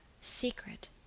secret